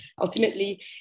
ultimately